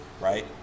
right